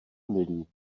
milý